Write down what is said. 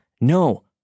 no